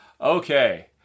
Okay